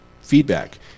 feedback